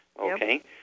Okay